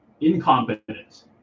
Incompetence